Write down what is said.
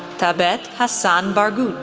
thabet hassan barghout,